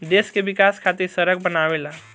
देश के विकाश खातिर सड़क बनावेला